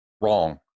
wrong